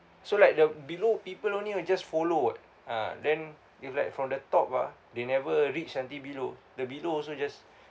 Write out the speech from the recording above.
so like the below people only will just follow [what] ah then if like from the top ah they never reach until below the below also just